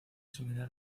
similar